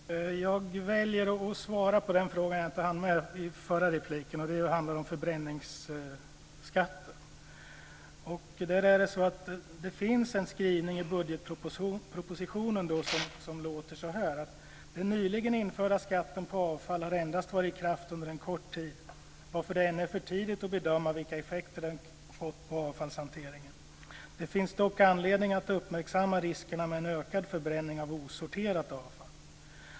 Herr talman! Först väljer jag att besvara den fråga som jag inte hann med i min förra replik. Det gäller förbränningsskatten. I budgetpropositionen finns följande skrivning: Den nyligen införda skatten på avfall har endast varit i kraft under en kort tid, varför det ännu är för tidigt att bedöma vilka effekter den fått på avfallshanteringen. Det finns dock anledning att uppmärksamma riskerna med en ökad förbränning av osorterat avfall.